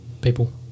people